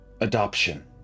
adoption